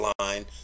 line